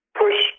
push